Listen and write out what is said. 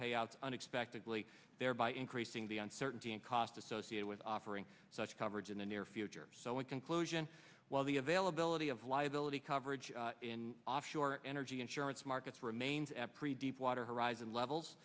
payouts unexpectedly thereby increasing the uncertainty and cost associated with offering such coverage in the near future so in conclusion while the availability of liability coverage in offshore energy insurance markets remains at predict water horizon